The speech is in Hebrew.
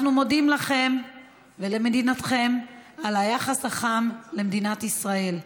אנחנו מודים לכם ולמדינתכם על היחס החם למדינת ישראל.